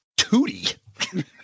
Tootie